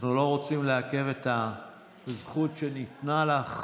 אנחנו לא רוצים לעכב את הזכות שניתנה לך.